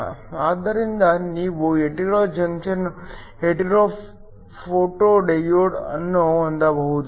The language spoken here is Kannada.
ಆದ್ದರಿಂದ ನೀವು ಹೆಟೆರೊ ಜಂಕ್ಷನ್ ಫೋಟೋ ಡಯೋಡ್ ಅನ್ನು ಹೊಂದಬಹುದು